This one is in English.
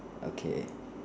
okay